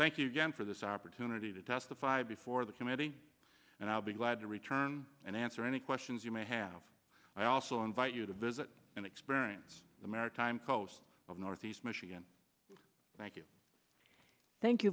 thank you again for this opportunity to testify before the committee and i'll be glad to return and answer any questions you may have i also invite you to visit and experience the maritime coast of northeast michigan thank you thank you